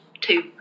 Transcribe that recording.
two